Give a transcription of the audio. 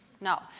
No